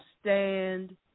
stand